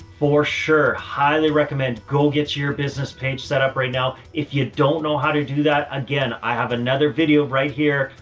for sure, highly recommend google gets your business page set up right now, if you don't know how to do that, again, i have another video right here,